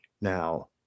now